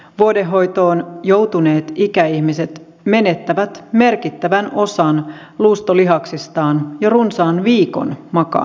vuodehoitoon joutuneet ikäihmiset menettävät merkittävän osan luustolihaksistaan jo runsaan viikon makaamisella